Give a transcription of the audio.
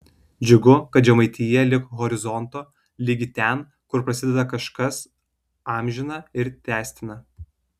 džiugu kad žemaitija lig horizonto ligi ten kur prasideda kažkas amžina ir tęstina